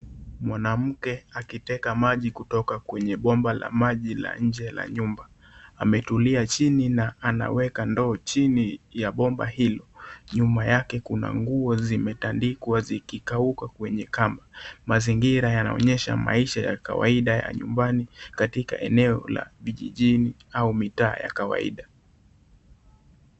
Mwanamke akiteka maji kutoka kwenye bomba la nje na nyumba, ametuliia chini na anaweka ndoo chini la bomba hilo, nyuma yao kuna nguo zimetandikwa zikikauka kwenye kamba, mazingira yanaonyesha maisha ya kawaida ya nyumbani katika eneo la vijijini au mitaa ya kawaida.